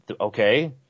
okay